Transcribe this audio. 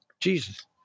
Jesus